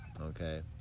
okay